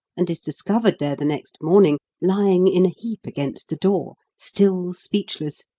and is discovered there the next morning, lying in a heap against the door, still speechless,